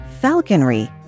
falconry